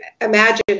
imagine